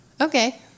Okay